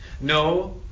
no